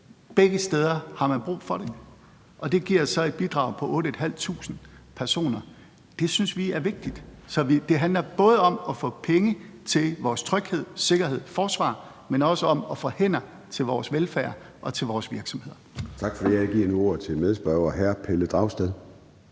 Begge steder har man brug for det, og det giver så et bidrag på 8.500 personer. Det synes vi er vigtigt. Så det handler både om at få penge til vores tryghed, sikkerhed og forsvar, men også om at få hænder til vores velfærd og til vores virksomheder. Kl. 13:51 Formanden (Søren Gade): Tak for det, og jeg giver nu ordet til medspørger hr. Pelle Dragsted.